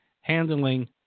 handling